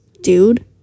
dude